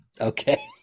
Okay